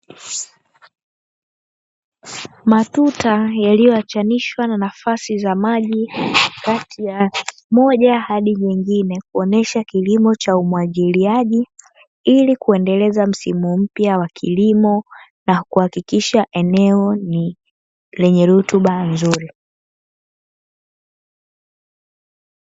Matuta yaliyoachanishwa na nafasi za maji kati ya moja hadi nyingine kuonyesha kilimo cha umwagiliaji, ili kuendeleza msimu mpya wa kilimo na kuhakikisha eneo ni lenye rutuba nzuri.